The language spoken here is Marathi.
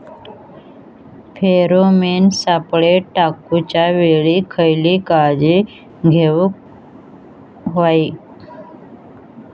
फेरोमेन सापळे टाकूच्या वेळी खयली काळजी घेवूक व्हयी?